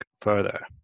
further